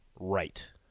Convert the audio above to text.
right